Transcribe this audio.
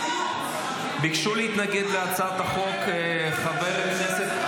ביקשו להתנגד להצעת החוק חבר הכנסת,